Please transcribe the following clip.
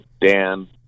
Dan